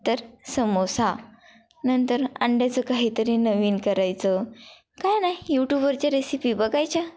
तर समोसा नंतर अंड्याचं काहीतरी नवीन करायचं काही नाही यूटूबवरच्या रेसिपी बघायच्या